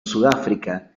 sudáfrica